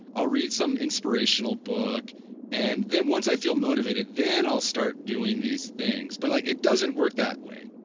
i'll read some inspirational book and then once i feel motivated then i'll start doing these things. but like it doesn't work that way,